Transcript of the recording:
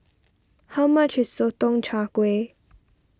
how much is Sotong Char Kway